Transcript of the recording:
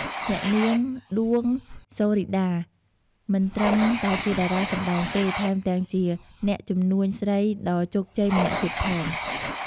អ្នកនាង ដួង ហ្សូរីដា មិនត្រឹមតែជាតារាសម្តែងទេ ថែមទាំងជាអ្នកជំនួញស្រីដ៏ជោគជ័យម្នាក់ទៀតផង។